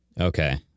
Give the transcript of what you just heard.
Okay